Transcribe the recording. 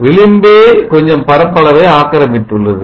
விளிம்பே கொஞ்சம் பரப்பளவை ஆக்கிரமித்துள்ளது